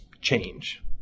change